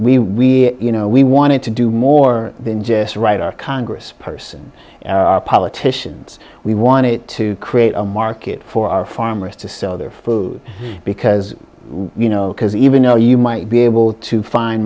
we you know we wanted to do more than just write our congress person politicians we wanted to create a market for our farmers to sell their food because you know because even though you might be able to find